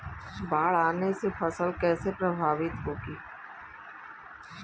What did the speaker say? बाढ़ आने से फसल कैसे प्रभावित होगी?